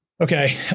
Okay